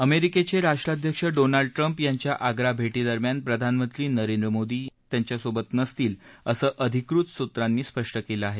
अमेरिकेचे राष्ट्राध्यक्ष Donald Trump यांच्या आग्रा भेटीदरम्यान प्रधानमंत्री नरेंद्र मोदी यांच्या सोबत नसतील असं अधिकृत सूत्रानी स्पष्ट केलं आहे